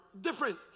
different